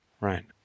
Right